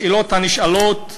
השאלות הנשאלות: